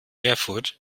erfurt